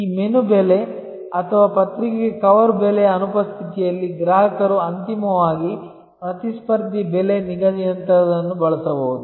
ಈ ಮೆನು ಬೆಲೆ ಅಥವಾ ಪತ್ರಿಕೆಯ ಕವರ್ ಬೆಲೆಯ ಅನುಪಸ್ಥಿತಿಯಲ್ಲಿ ಗ್ರಾಹಕರು ಅಂತಿಮವಾಗಿ ಪ್ರತಿಸ್ಪರ್ಧಿ ಬೆಲೆ ನಿಗದಿಯಂತಹದನ್ನು ಬಳಸಬಹುದು